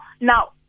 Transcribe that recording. now